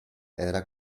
era